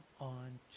on